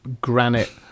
granite